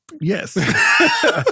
yes